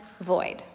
void